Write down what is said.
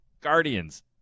Guardians